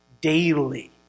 daily